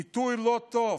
עיתוי לא טוב.